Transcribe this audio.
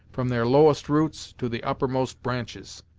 from their lowest roots to the uppermost branches!